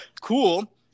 Cool